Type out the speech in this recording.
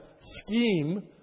scheme